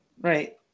right